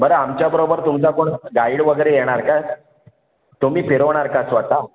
बरं आमच्या बरोबर तुमचा कोण गाईड वगैरे येणार का तुम्ही फिरवणार का स्वतः